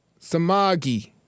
Samagi